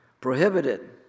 prohibited